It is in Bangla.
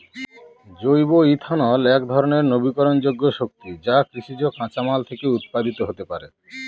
জৈব ইথানল একধরনের নবীকরনযোগ্য শক্তি যা কৃষিজ কাঁচামাল থেকে উৎপাদিত হতে পারে